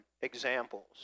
examples